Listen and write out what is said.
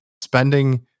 spending